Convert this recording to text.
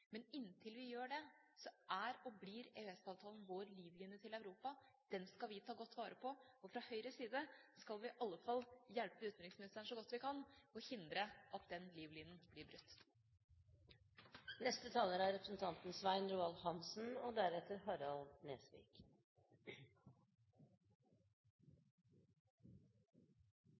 Men inntil vi gjør det, så er og blir EØS-avtalen vår livline til Europa. Den skal vi ta godt vare på. Fra Høyres side skal vi i alle fall hjelpe utenriksministeren så godt vi kan, og hindre at den livlinen blir brutt. Jeg vil også takke for en god og